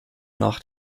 nach